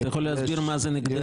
אתה יכול להסביר מה זה נגדנו?